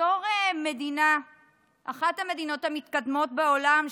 בתור אחת המדינות המתקדמות בעולם,